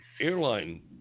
airline